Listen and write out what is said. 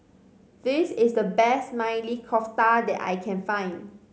this is the best Maili Kofta that I can find